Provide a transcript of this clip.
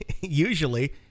Usually